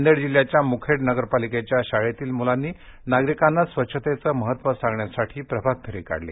नांदेड जिल्ह्याच्या मुखेड नगर पालिकेच्या शाळेतील मुलांनी नागरिकांना स्वच्छतेचं महत्व सांगण्यासाठी प्रभातफेरी काढली